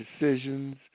decisions